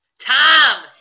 Tom